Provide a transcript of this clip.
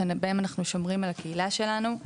שבהם אנחנו שומרים על הקהילה שלנו,